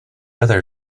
other